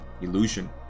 illusion